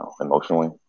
emotionally